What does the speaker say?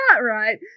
right